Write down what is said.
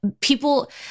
people